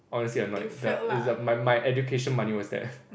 honestly I'm not the is my my education money was that